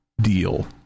deal